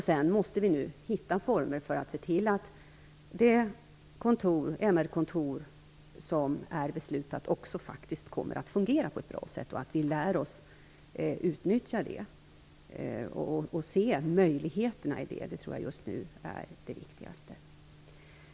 Vi måste finna former för att se till att det MR kontor som det beslutats om faktiskt kommer att fungera på ett bra sätt och att vi lär oss utnyttja det och se dess möjligheter. Det tror jag är det vikigaste just nu.